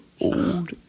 old